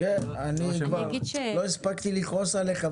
אנחנו חושבים שצריך לעשות את זה,